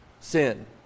sin